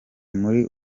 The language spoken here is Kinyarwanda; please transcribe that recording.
muri